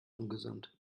ungesund